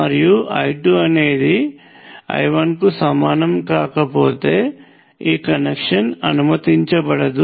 మరియు I2 అనేది I1కు సమానం కాకపోతే ఈ కనెక్షన్ అనుమతించబడదు